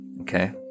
Okay